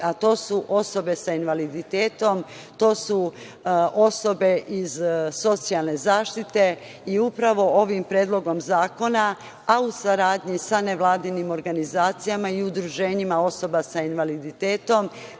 a to su osobe sa invaliditetom, to su osobe iz socijalne zaštite. Upravo ovim Predlogom zakona, a u saradnji sa nevladinim organizacijama i udruženjima osoba sa invaliditetom